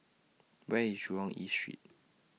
Where IS Jurong East Street